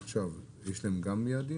יש להם גם יעדים?